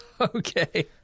Okay